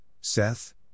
Seth